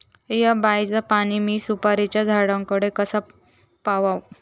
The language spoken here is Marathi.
हया बायचा पाणी मी सुपारीच्या झाडान कडे कसा पावाव?